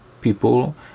people